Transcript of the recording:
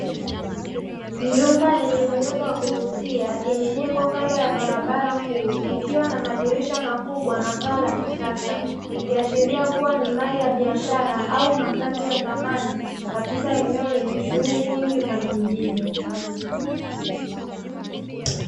Nyumba yenye muundo wa kuvutia imejengwa kando ya barabara kuu, ikiwa na madirisha makubwa na paa la kisasa, ikiashiria kuwa ni mali ya biashara au makazi ya thamani, katika eneo lenye shughuli nyingi ya mijini.